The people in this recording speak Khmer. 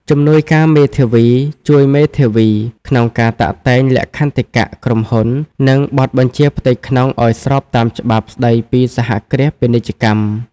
ជំនួយការមេធាវីជួយមេធាវីក្នុងការតាក់តែងលក្ខន្តិកៈក្រុមហ៊ុន និងបទបញ្ជាផ្ទៃក្នុងឱ្យស្របតាមច្បាប់ស្តីពីសហគ្រាសពាណិជ្ជកម្ម។